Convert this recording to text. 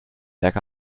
berg